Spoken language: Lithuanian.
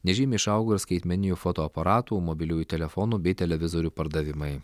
nežymiai išaugo ir skaitmeninių fotoaparatų mobiliųjų telefonų bei televizorių pardavimai